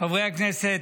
חברי הכנסת,